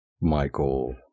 Michael